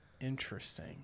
Interesting